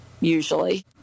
usually